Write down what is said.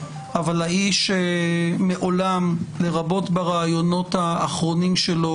אבל האיש מעולם לרבות בראיונות האחרונים שלו,